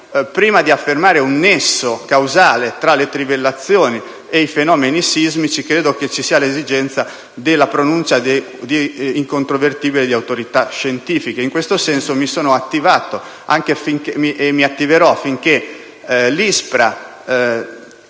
prima di affermare un nesso causale tra le trivellazioni e i fenomeni sismici credo occorra la pronuncia incontrovertibile di autorità scientifiche. In questo senso mi sono attivato e mi attiverò affinché l'ISPRA